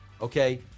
Okay